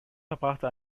verbrachte